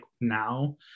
now